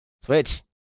Switch